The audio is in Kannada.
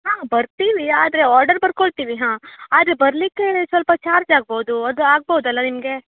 ಹಾಂ ಬರ್ತೀವಿ ಆದರೆ ಆರ್ಡರ್ ಬರ್ಕೊಳ್ತೀವಿ ಹಾಂ ಆದರೆ ಬರಲಿಕ್ಕೆ ಸ್ವಲ್ಪ ಚಾರ್ಜ್ ಆಗ್ಬೋದು ಅದು ಆಗ್ಬೋದಲ್ಲ ನಿಮಗೆ